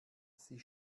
sie